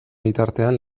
bitartean